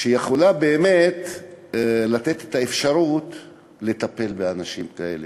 שיכולה באמת לתת את האפשרות לטפל באנשים כאלה.